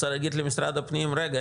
צריך להגיד למשרד הפנים: רגע,